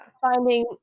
Finding